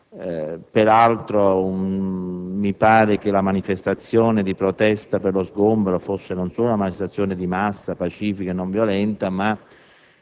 Peraltro, mi pare che la manifestazione di protesta per lo sgombero fosse non solo di massa, pacifica e non violenta, ma